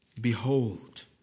Behold